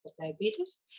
diabetes